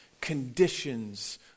conditions